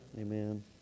Amen